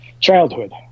childhood